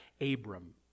Abram